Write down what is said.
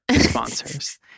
sponsors